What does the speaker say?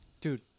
Dude